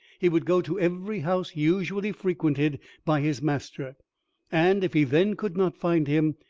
he would go to every house usually frequented by his master and if he then could not find him,